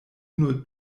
nur